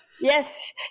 Yes